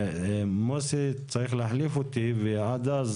מוסי צריך להחליף אותי, ועד אז